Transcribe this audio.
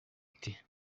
ati